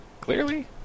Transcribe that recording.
Clearly